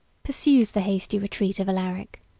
pursues the hasty retreat of alaric,